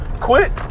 Quit